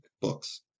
books